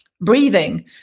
breathing